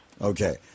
Okay